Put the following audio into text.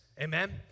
Amen